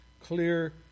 clear